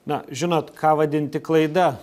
na žinot ką vadinti klaida